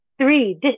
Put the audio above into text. three